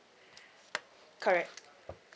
correct